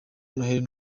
noheli